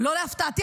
לא להפתעתי,